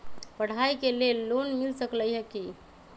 पढाई के लेल लोन मिल सकलई ह की?